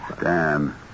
Dan